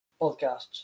podcasts